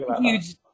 huge